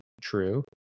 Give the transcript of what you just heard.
true